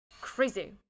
Crazy